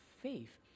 faith